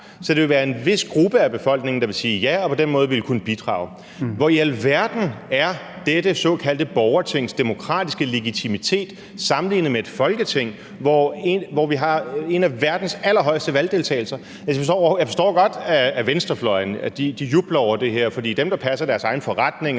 Så det vil være en vis gruppe af befolkningen, der vil sige ja og på den måde ville kunne bidrage. Hvor i alverden er dette såkaldte borgertings demokratiske legitimitet sammenlignet med et Folketing, hvor vi har en af verdens allerhøjeste valgdeltagelser? Jeg forstår godt, at venstrefløjen jubler over det her, for dem, der passer deres egne forretninger,